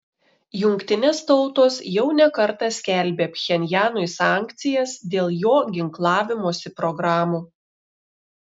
jungtinės tautos jau ne kartą skelbė pchenjanui sankcijas dėl jo ginklavimosi programų